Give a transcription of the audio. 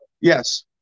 Yes